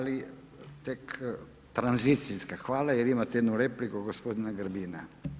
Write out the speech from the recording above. Ali tek tranzicijska hvala jer imate jednu repliku gospodina Grbina.